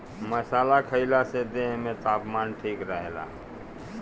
मसाला खईला से देह में तापमान ठीक रहेला